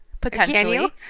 potentially